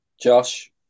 Josh